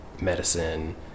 medicine